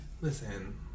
Listen